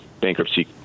bankruptcy